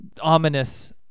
ominous